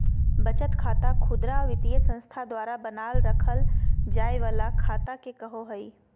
बचत खाता खुदरा वित्तीय संस्था द्वारा बनाल रखय जाय वला खाता के कहो हइ